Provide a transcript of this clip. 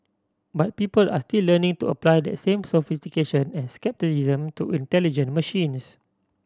but people are still learning to apply that same sophistication and scepticism to intelligent machines